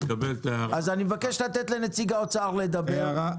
אני מבקש לתת לנציג האוצר לדבר.